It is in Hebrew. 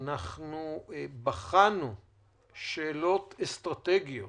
בחנו שאלות אסטרטגיות